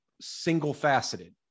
single-faceted